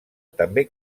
també